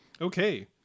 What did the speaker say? Okay